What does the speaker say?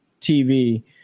TV